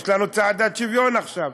יש לנו צעדת שוויון עכשיו.